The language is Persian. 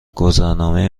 گذرنامه